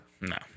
No